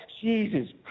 Jesus